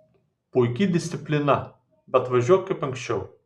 puiki disciplina bet važiuok kaip anksčiau